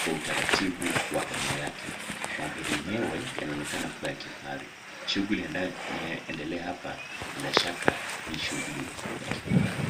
kwa utaratifu wa aina yake magari enyewe yanaonekana kuwa ya kifahari. Shughuli inaeendelea hapa bila shaka ni shughuli ya kifahari.